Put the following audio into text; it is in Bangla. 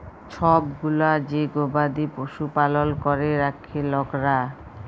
ছব গুলা যে গবাদি পশু পালল ক্যরে রাখ্যে লকরা